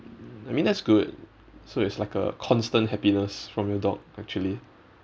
I mean that's good so it's like a constant happiness from your dog actually